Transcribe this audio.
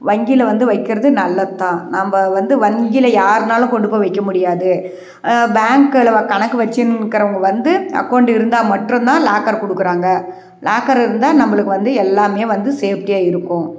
வங்கியில் வந்து வைக்கிறது நல்லது தான் நம்ம வந்து வங்கியில் யாருனாலும் கொண்டு போய் வைக்க முடியாது பேங்கில் கணக்கு வச்சுன்னு இருக்கிறவங்க வந்து அக்கௌண்ட் இருந்தால் மட்டும் தான் லாக்கர் கொடுக்குறாங்க லாக்கரு இருந்தால் நம்மளுக்கு வந்து எல்லாமே வந்து சேஃப்டியாக இருக்கும்